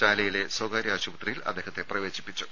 ചാലയിലെ സ്വകാര്യ ആശുപത്രിയിൽ അദ്ദേഹത്തെ പ്രവേശിപ്പിച്ചു